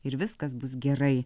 ir viskas bus gerai